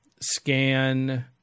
scan